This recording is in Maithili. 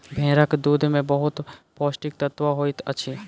भेड़क दूध में बहुत पौष्टिक तत्व होइत अछि